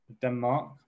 Denmark